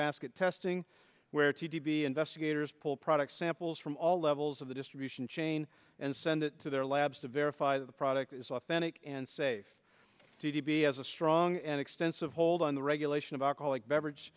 basket testing where t v investigators pull product samples from all levels of the distribution chain and send it to their labs to verify the product is authentic and safe to be as a strong and extensive hold on the regulation of alcoholic beverage